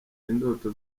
indoto